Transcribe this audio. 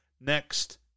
next